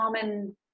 common